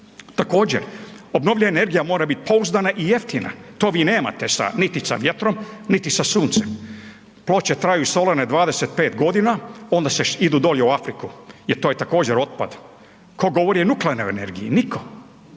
Također obnovljiva energija mora bit pouzdana i jeftina, to vi nemate sa niti sa vjetrom niti sa suncem, ploče traju solarne 25 godina, onda idu dolje u Afriku jer to je također otpad. Tko govori o nuklearnoj energiji, nitko,